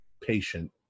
patient